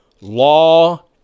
law